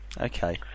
Okay